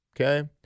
okay